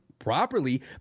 Properly